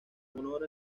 honor